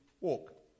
walk